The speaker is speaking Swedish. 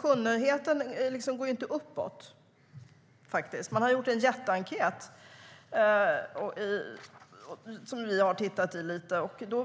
Kundnöjdheten går inte uppåt. Man har gjort en jätteenkät som vi har tittat på.